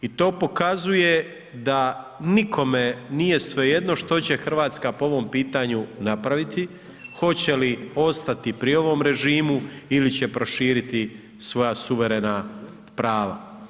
I to pokazuje da nikome nije svejedno što će Hrvatska po ovom pitanju napraviti, hoće li ostati pri ovom režimu ili će proširiti svoja suverena prava.